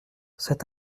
cet